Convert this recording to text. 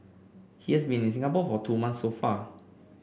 he has been in Singapore for two months so far